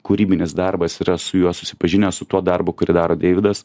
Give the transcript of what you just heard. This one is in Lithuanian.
kūrybinis darbas yra su juo susipažinęs su tuo darbu kurį daro deividas